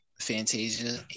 Fantasia